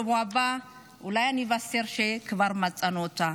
אולי אני אבשר שכבר מצאנו אותה.